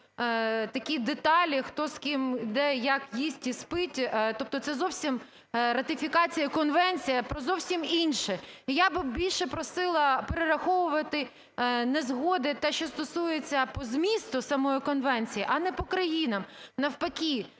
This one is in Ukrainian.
такі деталі, хто з ким, де як їсть і спить. Тобто це зовсім ратифікація конвенції про зовсім інше. Я би більше просила перераховувати незгоди, те, що стосується по змісту самої конвенції, а не по країнах. Навпаки